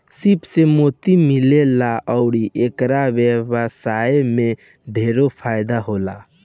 सीप से मोती मिलेला अउर एकर व्यवसाय में ढेरे फायदा होला